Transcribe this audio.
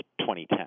2010